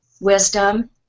wisdom